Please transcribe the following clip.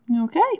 Okay